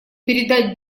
передать